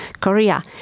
Korea